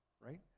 right